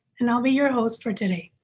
and i'll be your host for today.